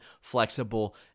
flexible